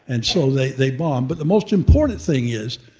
and so they they bombed. but the most important thing is,